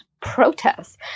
protests